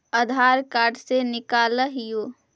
आधार card से निकाल हिऐ?